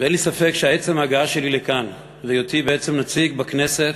אין לי ספק שעצם ההגעה שלי לכאן והיותי בעצם נציג בכנסת,